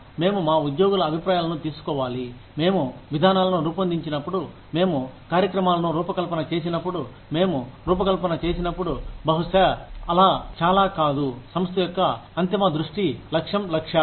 మేము మా ఉద్యోగుల అభిప్రాయాలను తీసుకోవాలి మేము విధానాలను రూపొందించినప్పుడు మేము కార్యక్రమాలను రూపకల్పన చేసినప్పుడు మేము రూపకల్పన చేసినప్పుడు బహుశా అలా చాలా కాదు సంస్థ యొక్క అంతిమ దృష్టి లక్ష్యం లక్ష్యాలు